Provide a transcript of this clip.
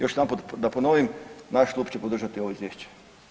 Još jedanput da ponovim naš klub će podržati ovo izvješće.